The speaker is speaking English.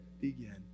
Begin